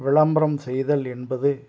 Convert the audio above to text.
விளம்பரம் செய்தல் என்பது